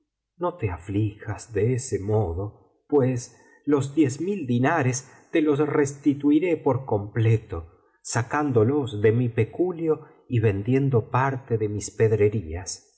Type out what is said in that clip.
no te aflijas de ese modo pues los diez mil diñares te los restituiré por completo sacándolos de mi peculio y vendiendo parte de mis pedrerías